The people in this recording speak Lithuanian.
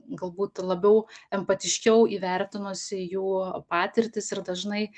galbūt labiau empatiškiau įvertinusi jų patirtis ir dažnai